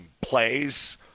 plays